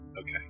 Okay